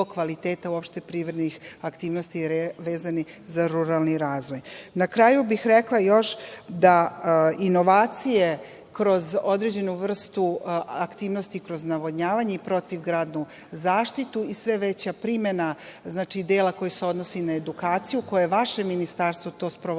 kvaliteta uopšte privrednih aktivnosti vezanih za ruralni razvoj. Inovacije kroz određenu vrstu aktivnosti kroz navodnjavanje i protivgradnu zaštitu i sve veća primena dela koji se odnosi na edukaciju, koje je vaše ministarstvo sprovodilo